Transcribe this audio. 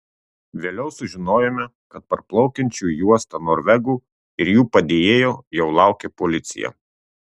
vėliau sužinojome kad parplaukiančių į uostą norvegų ir jų padėjėjo jau laukė policija